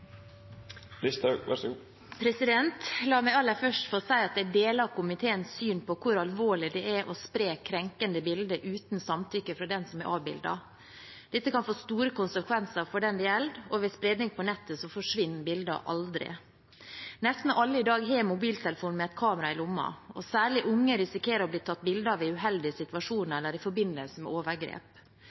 La meg aller først få si at jeg deler komiteens syn på hvor alvorlig det er å spre krenkende bilder uten samtykke fra den som er avbildet. Dette kan få store konsekvenser for den det gjelder, og ved spredning på nettet forsvinner bildene aldri. Nesten alle har i dag mobiltelefon med et kamera i lomma, og særlig unge risikerer å bli tatt bilde av i uheldige situasjoner eller i forbindelse med overgrep.